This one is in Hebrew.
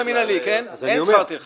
במסלול המינהלי, אין שכר טרחה.